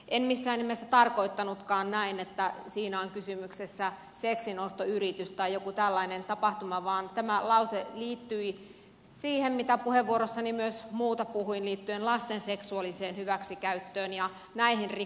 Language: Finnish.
en missään nimessä tarkoittanutkaan näin että siinä on kysymyksessä seksinostoyritys tai joku tällainen tapahtuma vaan tämä lause liittyi siihen mitä puheenvuorossani myös muuta puhuin liittyen lasten seksuaaliseen hyväksikäyttöön ja näihin rikoksiin